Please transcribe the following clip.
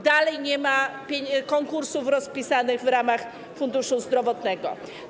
Dalej nie ma konkursów rozpisanych w ramach funduszu zdrowotnego.